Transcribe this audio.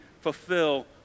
fulfill